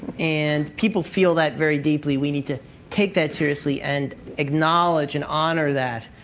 and people feel that very deeply. we need to take that seriously, and acknowledge and honor that,